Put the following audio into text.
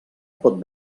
pot